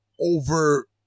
over